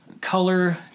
color